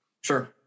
Sure